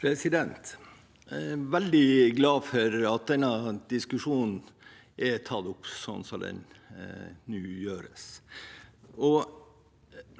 Jeg er veldig glad for at denne diskusjonen er tatt opp sånn som den nå er.